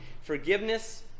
Forgiveness